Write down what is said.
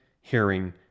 hearing